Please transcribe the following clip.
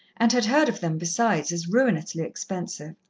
and had heard of them, besides, as ruinously expensive.